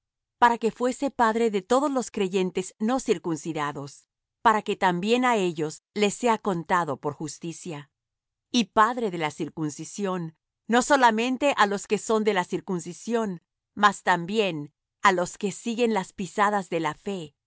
para que fuese padre de todos los creyentes no circuncidados para que también á ellos les sea contado por justicia y padre de la circuncisión no solamente á los que son de la circuncisión más también á los que siguen las pisadas de la fe